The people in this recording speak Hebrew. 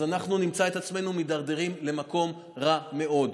אז אנחנו נמצא את עצמנו מידרדרים למקום רע מאוד.